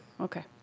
Okay